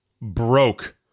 broke